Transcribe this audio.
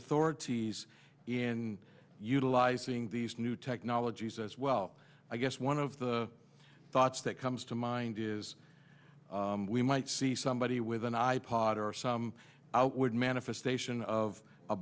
authorities in utilizing these new technologies as well i guess one of the thoughts that comes to mind is we might see somebody with an i pod or some outward manifestation of